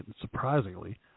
surprisingly